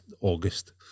August